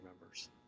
members